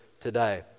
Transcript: today